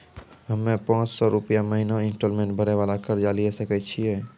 हम्मय पांच सौ रुपिया महीना इंस्टॉलमेंट भरे वाला कर्जा लिये सकय छियै?